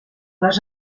les